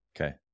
Okay